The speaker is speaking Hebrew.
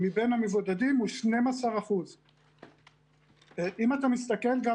מבין המבודדים הוא 12%. אם אתה מסתכל גם